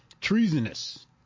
Treasonous